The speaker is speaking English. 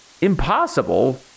impossible